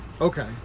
Okay